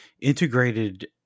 integrated